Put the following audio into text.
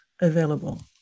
available